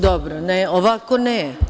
Dobro, ovako ne.